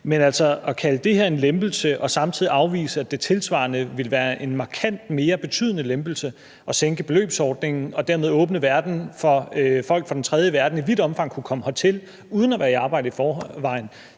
at kalde det her en lempelse og samtidig afvise, at det tilsvarende ville være en markant mere betydende lempelse at sænke grænsen i beløbsordningen og dermed åbne landet for, at folk fra den tredje verden i vidt omfang kunne komme hertil uden at være i arbejde i forvejen,